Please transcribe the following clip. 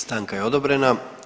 Stanka je odobrena.